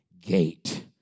gate